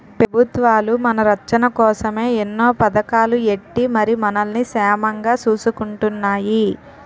పెబుత్వాలు మన రచ్చన కోసమే ఎన్నో పదకాలు ఎట్టి మరి మనల్ని సేమంగా సూసుకుంటున్నాయి